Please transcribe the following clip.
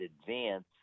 advance